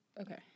Okay